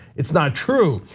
it's not true.